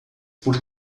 por